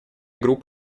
групп